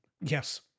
Yes